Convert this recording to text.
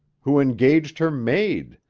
who engaged her maid,